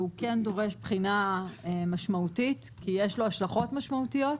והוא כן דורש בחינה משמעותית כי יש לו השלכות משמעותיות,